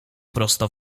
prosto